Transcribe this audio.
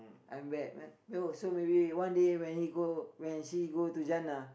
I'm bad man know so maybe one day when he go when she go to jannah